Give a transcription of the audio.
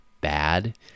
bad